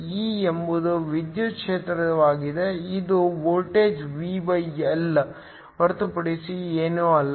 E ಎಂಬುದು ವಿದ್ಯುತ್ ಕ್ಷೇತ್ರವಾಗಿದೆ ಇದು ವೋಲ್ಟೇಜ್ VL ಹೊರತುಪಡಿಸಿ ಏನೂ ಅಲ್ಲ